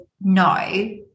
no